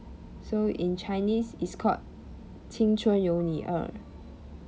so in chinese it's called 青春有你二